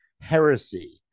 heresy